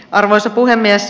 arvoisa puhemies